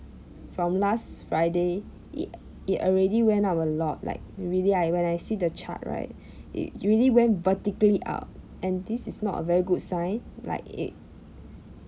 from last friday it it already went up a lot like really ah when I see the chart right it really went vertically up and this is not a very good sign like it